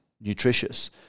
nutritious